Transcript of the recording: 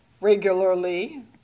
regularly